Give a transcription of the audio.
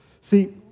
See